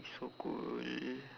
it's so cold